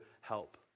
help